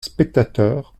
spectateurs